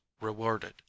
rewarded